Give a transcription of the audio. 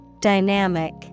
Dynamic